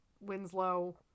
Winslow